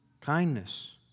kindness